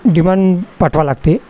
demand पाठवा लागते